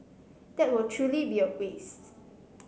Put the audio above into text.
that will truly be a waste